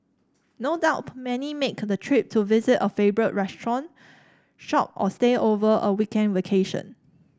no doubt many make the trip to visit a favourite restaurant shop or stay over a weekend vacation